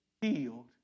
healed